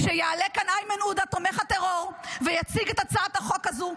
כשיעלה כאן איימן עודה תומכת הטרור ויציג את הצעת החוק הזו,